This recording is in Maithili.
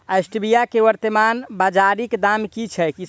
स्टीबिया केँ वर्तमान बाजारीक दाम की छैक?